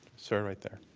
sir, right there.